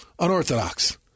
unorthodox